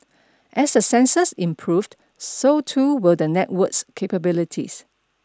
as the sensors improved so too will the network's capabilities